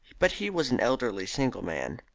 but he was an elderly single man.